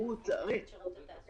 בסדר.